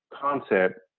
concept